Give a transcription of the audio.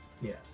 Yes